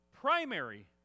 primary